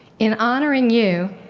in honoring you,